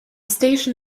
station